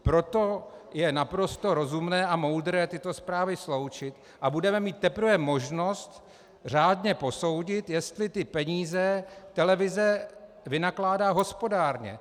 Proto je naprosto rozumné a moudré tyto zprávy sloučit a budeme mít teprve možnost řádně posoudit, jestli ty peníze televize vynakládá hospodárně.